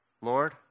Lord